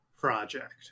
project